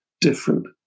different